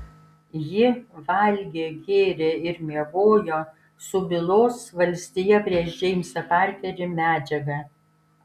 ji valgė gėrė ir miegojo su bylos valstija prieš džeimsą parkerį medžiaga